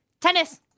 Tennis